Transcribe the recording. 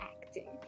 acting